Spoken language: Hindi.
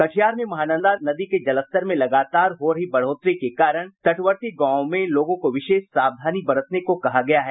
कटिहार में महानंदा नदी के जलस्तर में लगातार हो रही बढ़ोतरी के कारण तटवर्ती गांवों में लोगों को विशेष सावधानी बरतने को कहा गया है